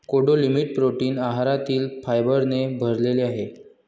कोडो millet protein आहारातील फायबरने भरलेले आहे